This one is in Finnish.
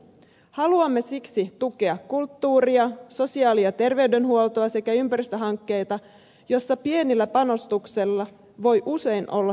haluamme siksi tukea kulttuuria sosiaali ja terveydenhuoltoa sekä ympäristöhankkeita joissa pienillä panostuksilla voi usein olla suuri teho